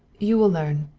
you will learn.